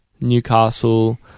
newcastle